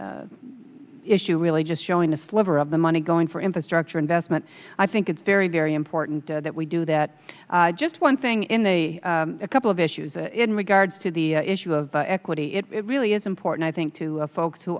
issue really just showing a sliver of the money going for infrastructure investment i think it's very very important that we do that just one thing in the couple of issues in regards to the issue of equity it really is important i think to folks who